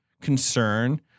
concern